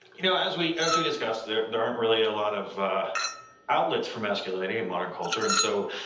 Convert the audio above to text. you know as we as we discuss there there aren't really a lot of outlets for masculinity in modern culture and so,